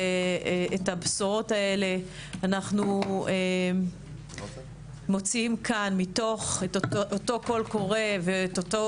שאת הבשורות הללו אנחנו מוציאים כאן מתוך אותו קול קורא ואותו